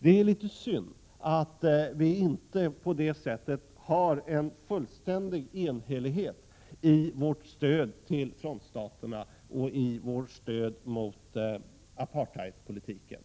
Det är litet synd att vi på det sättet inte har en fullständig enhällighet i vårt stöd till frontstaterna och till bekämpningen av apartheidpolitiken.